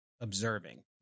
observing